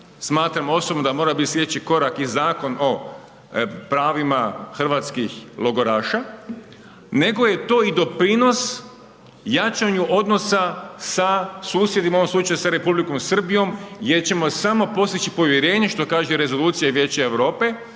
Smatramo osobno da mora biti sljedeći korak i Zakon o pravima hrvatskih logoraša, nego je to i doprinos jačanja odnosa sa susjedima, u ovom slučaju sa RH, jer ćemo samo postići povjerenje, što kaže, rezolucija i Vijeće Europe